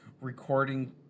Recording